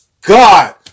God